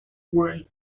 worn